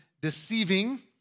deceiving